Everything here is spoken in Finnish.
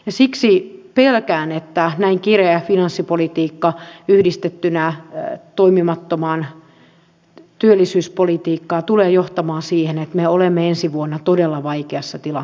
siksi pelkään että näin kireä finanssipolitiikka yhdistettynä toimimattomaan työllisyyspolitiikkaan tulee johtamaan siihen että me olemme ensi vuonna todella vaikeassa tilanteessa